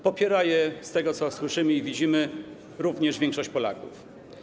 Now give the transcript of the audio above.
Popiera je, co słyszymy i widzimy, również większość Polaków.